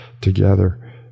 together